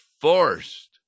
forced